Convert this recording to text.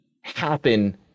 happen